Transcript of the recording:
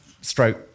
Stroke